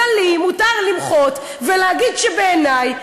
אז לי מותר למחות ולהגיד שבעיני,